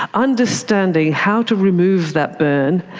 ah understanding how to remove that burn,